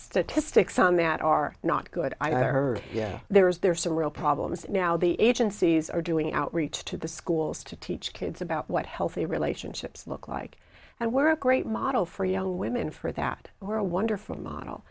statistics on that are not good i heard there is there are some real problems now the agencies are doing outreach to the schools to teach kids about what healthy relationships look like and where a great model for young women for that or a wonderful model